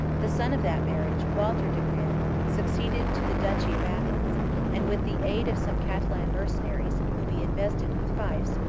the son of that marriage, walter de brienne, succeeded to the duchy of athens and, with the aid of some catalan mercenaries, whom he invested with fiefs,